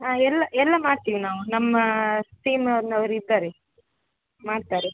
ಹಾಂ ಎಲ್ಲ ಎಲ್ಲ ಮಾಡ್ತೀವಿ ನಾವು ನಮ್ಮ ಟೀಮ್ ನವ್ರು ಇದ್ದಾರೆ ಮಾಡ್ತಾರೆ